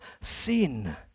sin